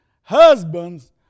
husbands